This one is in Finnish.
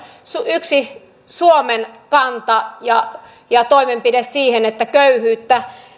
yksi suomen kanta ja ja toimenpide siihen että köyhyyttä